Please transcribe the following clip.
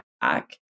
back